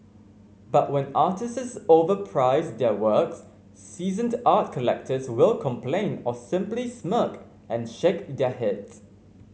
but when artists overprice their works seasoned art collectors will complain or simply smirk and shake their heads